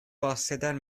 bahseder